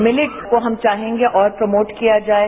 मिलीट को हम चाहेंगे और प्रमोट किया जाये